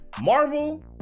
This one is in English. Marvel